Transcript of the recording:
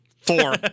Four